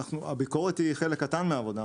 הביקורת היא חלק קטן מהעבודה.